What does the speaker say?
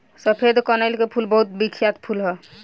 सफेद कनईल के फूल बहुत बिख्यात फूल ह